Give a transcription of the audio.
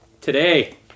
Today